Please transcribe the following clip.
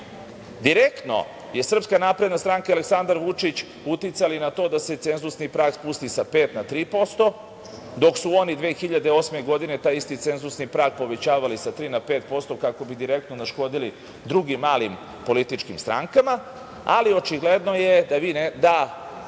su Srpska napredna stranka i Aleksandar Vučić uticali na to da se cenzusni prag spusti sa 5% na 3%, dok su oni 2008. godine taj isti cenzusni prag povećavali sa 3% na 5% kako bi direktno naškodili drugim malim političkim strankama. Očigledno je da ta